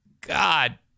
god